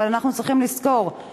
אבל אנחנו צריכים לזכור,